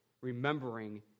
remembering